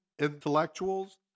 intellectuals